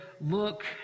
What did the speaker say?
look